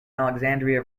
alexandria